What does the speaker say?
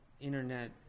internet